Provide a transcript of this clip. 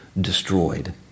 destroyed